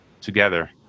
together